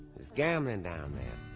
gambling down there.